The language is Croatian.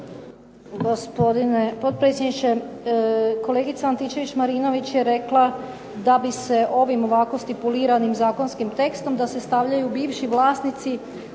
Gospodine potpredsjedniče, kolegica Antičević Marinović je rekla da bi se ovim ovako stipuliranim zakonskim tekstom da se stavljaju bivši vlasnici